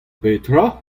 petra